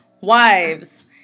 Wives